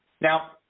Now